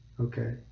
Okay